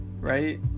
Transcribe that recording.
right